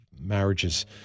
marriages